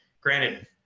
Granted